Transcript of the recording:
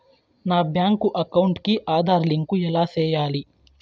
నా bank account కి Aadhaar link ఎలా సేయాలి